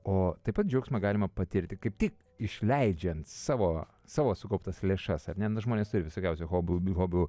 o taip pat džiaugsmą galima patirti kaip tik išleidžiant savo savo sukauptas lėšas ar ne nu žmonės turi visokiausių hobų hobių